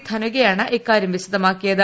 ധനുകയാണ് ഇക്കാര്യം വിശദമാക്കിയത്